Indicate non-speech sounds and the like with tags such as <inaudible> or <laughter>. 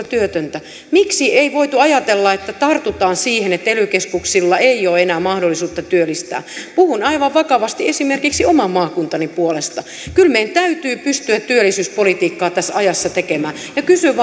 <unintelligible> työtöntä miksi ei voitu ajatella että tartutaan siihen että ely keskuksilla ei ole enää mahdollisuutta työllistää puhun aivan vakavasti esimerkiksi oman maakuntani puolesta kyllä meidän täytyy pystyä työllisyyspolitiikkaa tässä ajassa tekemään kysyn <unintelligible>